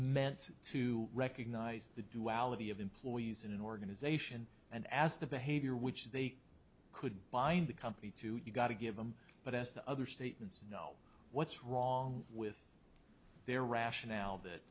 meant to recognize the duality of employees in an organization and ask the behavior which they could bind the company to you've got to give them but as the other statements you know what's wrong with their rationale that